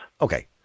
Okay